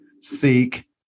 Seek